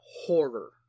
horror